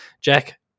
Jack